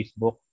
Facebook